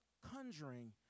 conjuring